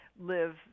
live